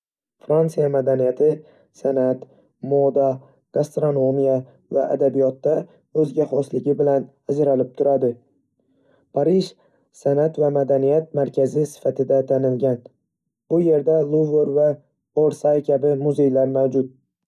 Fransuz madaniyati san'at, moda, gastronomiya va adabiyotda o'ziga xosligi bilan ajralib turadi. Parij san'at va madaniyat markazi sifatida tanilgan, bu yerda Luvr va Orsay kabi muzeylar mavjud.